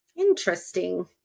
Interesting